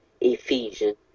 Ephesians